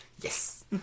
Yes